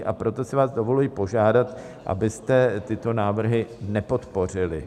A proto si vás dovoluji požádat, abyste tyto návrhy nepodpořili.